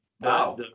Wow